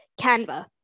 Canva